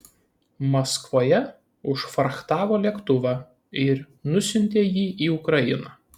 maskvoje užfrachtavo lėktuvą ir nusiuntė jį į ukrainą